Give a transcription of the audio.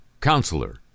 counselor